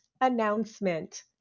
announcement